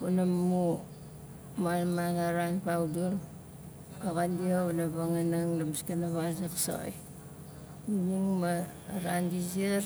wana mu malmanga ran faudul axan dia xuna vangaanang la maskana val zaksaxai xuning ma a ran di ziar